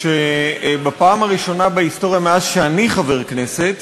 לכך שבפעם הראשונה בהיסטוריה, מאז אני חבר הכנסת,